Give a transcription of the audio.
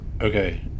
Okay